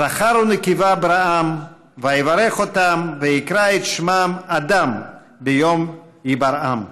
"זכר ונקבה בראם ויברך אֹתם ויקרא את שמם אדם ביום הבראם".